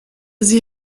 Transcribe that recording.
sie